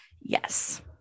Yes